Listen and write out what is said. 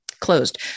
closed